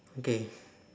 okay